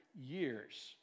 years